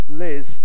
liz